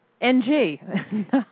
ng